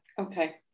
Okay